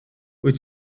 wyt